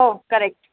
हो करेक्ट